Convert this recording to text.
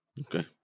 Okay